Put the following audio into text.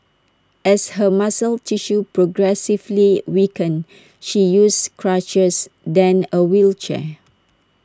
as her muscle tissue progressively weakened she used crutches then A wheelchair